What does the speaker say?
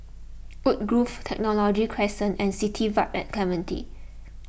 Woodgrove Technology Crescent and City Vibe at Clementi